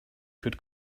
could